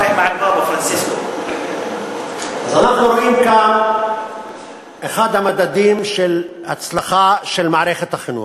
אז אנחנו רואים כאן את אחד המדדים של הצלחה של מערכת החינוך: